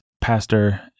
Pastor